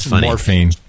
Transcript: Morphine